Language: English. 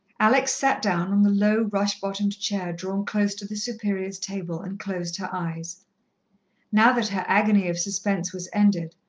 alex sat down on the low, rush-bottomed chair drawn close to the superior's table, and closed her eyes now that her agony of suspense was ended,